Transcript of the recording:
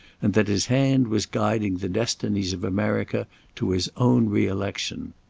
and that his hand was guiding the destinies of america to his own re-election.